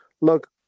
look